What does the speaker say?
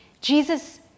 Jesus